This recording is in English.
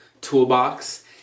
toolbox